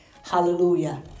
Hallelujah